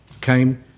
came